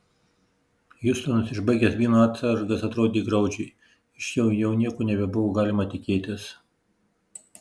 hiustonas išbaigęs vyno atsargas atrodė graudžiai iš jo jau nieko nebebuvo galima tikėtis